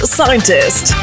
Scientist